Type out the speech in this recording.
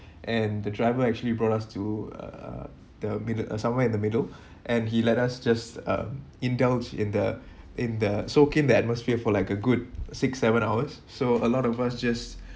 and the driver actually brought us to uh the middle uh somewhere in the middle and he let us just um indulge in the in the soak in the atmosphere for like a good six seven hours so a lot of us just